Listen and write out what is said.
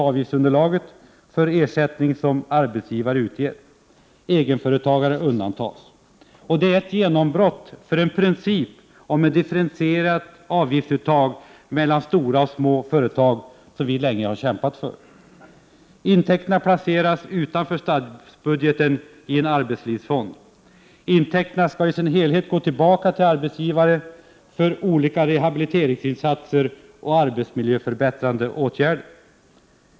avgiftsunderlaget för ersättning som arbetsgivare utger. Egenföretagare undantas. Det är ett genombrott för en princip om ett differentierat avgiftsuttag mellan stora och små företag som vi länge har kämpat för. Intäkterna placeras utanför statsbudgeten i en arbetslivsfond. Intäkterna skall i sin helhet gå tillbaka till arbetsgivare för olika rehabiliteringsinsatser och arbetsmiljöförbättrande åtgärder.